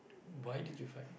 why did you fight